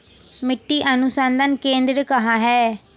मिट्टी अनुसंधान केंद्र कहाँ है?